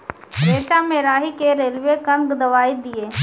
रेचा मे राही के रेलवे कन दवाई दीय?